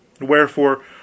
Wherefore